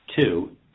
two